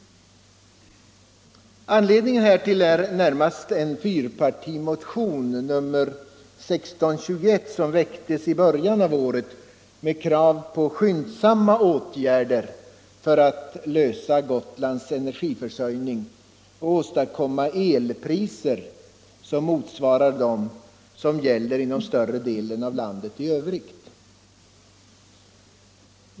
Anledningen härtill är närmast fyrpartimotionen 1621, som väcktes i början av året med krav på skyndsamma åtgärder för att lösa problemet med Gotlands energiförsörjning och där åstadkomma elpriser, som motsvarar dem som gäller inom större delen av landet i övrigt.